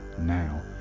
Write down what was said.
now